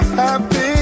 happy